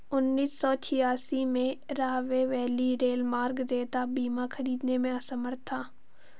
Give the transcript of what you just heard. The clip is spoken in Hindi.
उन्नीस सौ छियासी में, राहवे वैली रेलमार्ग देयता बीमा खरीदने में असमर्थ था